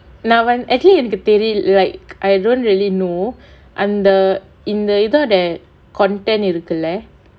நா வந்~:naa vanth~ actually எனக்கு தெரியி~:enakku theriyi~ like I don't really know அந்த இந்த இதோட:antha intha ithoda content இருக்குல:irukkula